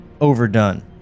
Overdone